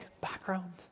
background